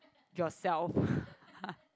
yourself